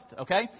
okay